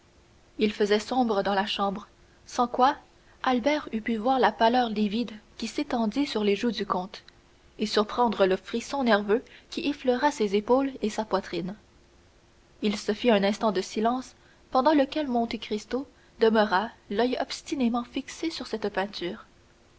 il faisait sombre dans la chambre sans quoi albert eût pu voir la pâleur livide qui s'étendit sur les joues du comte et surprendre le frisson nerveux qui effleura ses épaules et sa poitrine il se fit un instant de silence pendant lequel monte cristo demeura l'oeil obstinément fixé sur cette peinture